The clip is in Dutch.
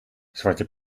zwarte